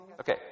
Okay